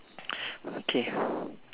okay